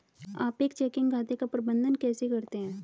आप एक चेकिंग खाते का प्रबंधन कैसे करते हैं?